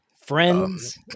Friends